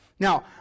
Now